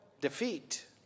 defeat